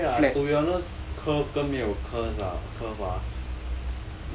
okay lah to be honest curve 跟没有 curve ah curve ah